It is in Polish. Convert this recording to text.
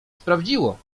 sprawdziło